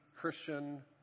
Christian